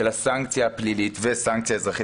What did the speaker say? של הסנקציה הפלילית והסנקציה האזרחית,